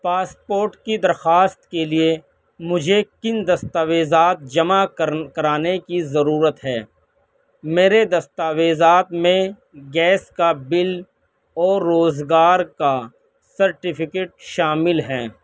passport کی درخواست کے لیے مجھے کن دستاویزات جمع کرن کرانے کی ضرورت ہے میرے دستاویزات میں گیس کا بل اور روزگار کا سرٹیفکیٹ شامل ہیں